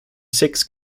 six